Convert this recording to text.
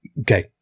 Okay